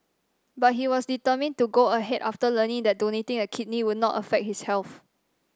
but he was determined to go ahead after learning that donating a kidney would not affect his health